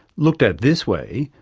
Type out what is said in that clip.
looked at this way,